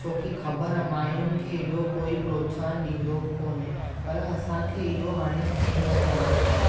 छो की ख़बरु आहे मायुनि खे एॾो कोई प्रोत्साहन ॾींदो कोन्हे पर असांखे इहो हाणे चैंज करिणो आहे